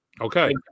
Okay